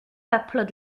peuples